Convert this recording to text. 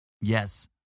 Yes